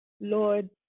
Lord